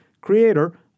creator